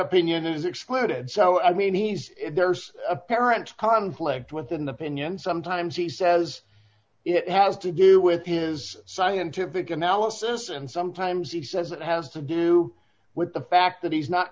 opinion has exploded so i mean he's there's a parent conflict with an opinion sometimes he says it has to do with his scientific analysis and sometimes he says it has to do with the fact that he's not